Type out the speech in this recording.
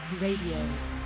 Radio